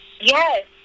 Yes